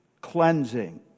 cleansing